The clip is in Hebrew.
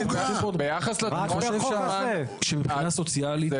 מבחינה סוציאלית,